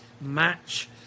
match